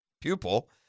pupil